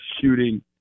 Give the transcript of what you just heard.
shooting